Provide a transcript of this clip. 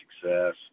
success